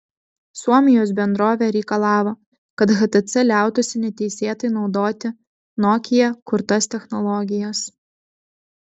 suomijos bendrovė reikalavo kad htc liautųsi neteisėtai naudoti nokia kurtas technologijas